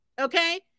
okay